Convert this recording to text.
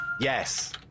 yes